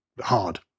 hard